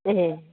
ए